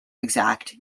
exact